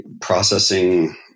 processing